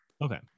Okay